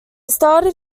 started